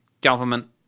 government